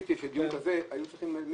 ציפיתי שלדיון כזה היו צריכים לשלוח